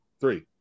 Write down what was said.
Three